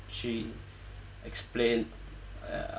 she explained uh